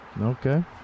Okay